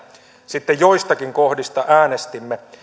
sitten joistakin kohdista äänestimme